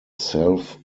self